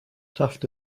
taft